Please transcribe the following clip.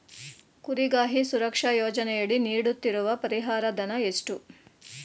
ಕುರಿಗಾಹಿ ಸುರಕ್ಷಾ ಯೋಜನೆಯಡಿ ನೀಡುತ್ತಿರುವ ಪರಿಹಾರ ಧನ ಎಷ್ಟು?